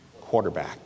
Quarterback